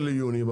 ליוני,